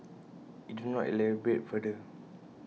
IT did not elaborate further